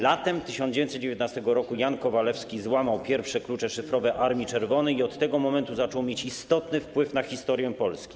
Latem 1919 r. Jan Kowalewski złamał pierwsze klucze szyfrowe Armii Czerwonej i od tego momentu zaczął mieć istotny wpływ na historię Polski.